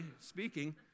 speaking